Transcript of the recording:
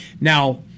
Now